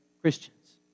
Christians